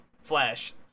Flash